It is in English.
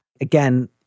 Again